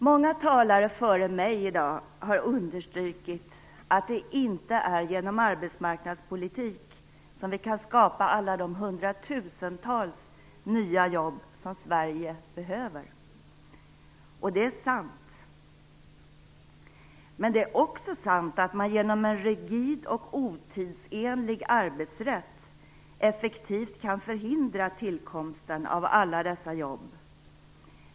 Många talare före mig i dag har understrukit att det inte är genom arbetsmarknadspolitik som vi kan skapa alla de hundratusentals nya jobb som Sverige behöver. Det är sant. Men det är också sant att man genom en rigid och otidsenlig arbetsrätt effektivt kan förhindra tillkomsten av alla dessa jobb.